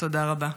תודה רבה.